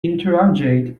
integrated